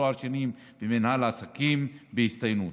תואר שני במנהל עסקים בהצטיינות,